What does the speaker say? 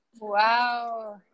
wow